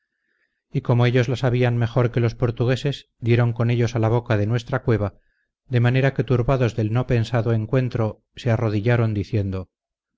y como ellos la sabían mejor que los portugueses dieron con ellos a la boca de nuestra cueva de manera que turbados del no pensado encuentro se arrodillaron diciendo